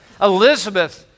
Elizabeth